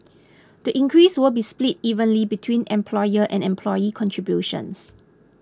the increase will be split evenly between employer and employee contributions